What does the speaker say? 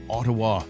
Ottawa